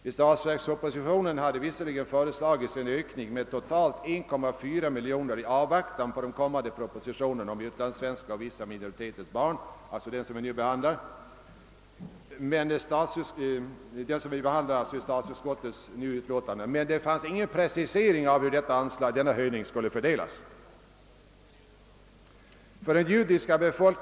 I statsverkspropositionen hade visserligen föreslagits en ökning med totalt 1,4 miljon kronor i avvaktan på den kommande propositionen om utlandssvenska och vissa minoriteters barn — alltså den som nu behandlas i statsutskottets utlåtande — men det fanns ingen precise ring av hur denna höjning skulle fördelas.